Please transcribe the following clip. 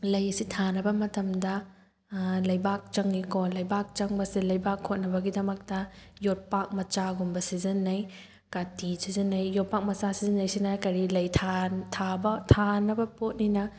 ꯂꯩ ꯑꯁꯤ ꯊꯥꯅꯕ ꯃꯇꯝꯗ ꯂꯩꯕꯥꯛ ꯆꯪꯉꯤꯀꯣ ꯂꯩꯕꯥꯛ ꯆꯪꯕꯁꯦ ꯂꯩꯕꯥꯛ ꯀꯣꯠꯅꯕꯒꯤꯗꯃꯛꯇ ꯌꯣꯠꯄꯥꯛ ꯃꯆꯥꯒꯨꯝꯕ ꯁꯤꯖꯟꯅꯩ ꯀꯥꯇꯤ ꯁꯤꯖꯟꯅꯩ ꯌꯣꯠꯄꯥꯛ ꯃꯆꯥ ꯁꯤꯖꯟꯅꯩꯁꯤꯅ ꯀꯔꯤ ꯂꯩ ꯊꯥꯕ ꯊꯥꯅꯕ ꯄꯣꯠꯅꯤꯅ